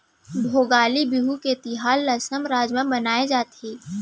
भोगाली बिहू के तिहार ल असम राज म मनाए जाथे